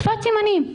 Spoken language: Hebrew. שפת סימנים?